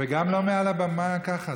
וגם לא מעל הבמה ככה.